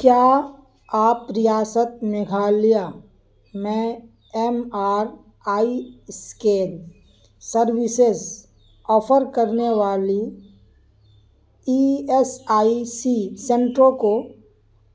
کیا آپ ریاست میگھالیہ میں M R I scan services offer کرنے والی E S I C centre کو